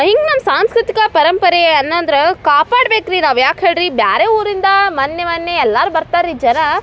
ಹಿಂಗೆ ನಮ್ಮ ಸಾಂಸ್ಕೃತಿಕ ಪರಂಪರೆ ಅನ್ನೋದ್ರ್ ಕಾಪಾಡ್ಬೇಕು ರೀ ನಾವು ಯಾಕೆ ಹೇಳಿ ರೀ ಬೇರೆ ಊರಿಂದ ಮೊನ್ಯೆ ಮೊನ್ಯೆ ಎಲ್ಲರೂ ಬರ್ತಾರೆ ರೀ ಜರಾ